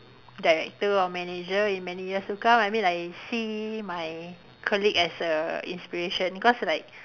director or manager in many years to come I mean I see my colleague as a inspiration cause like